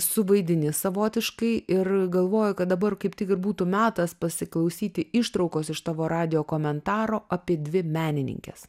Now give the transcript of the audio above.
suvaidini savotiškai ir galvoju kad dabar kaip tik ir būtų metas pasiklausyti ištraukos iš tavo radijo komentaro apie dvi menininkes